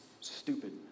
stupid